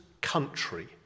country